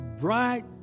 bright